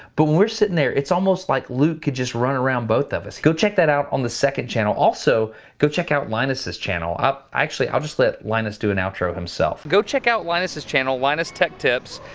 but when we're sitting there, it's almost like luke could just run around both of us. go check that out on the second channel. also go check out linus's channel. actually, i'll just let linus do an outro himself. go check out linus's channel, linus tech tips.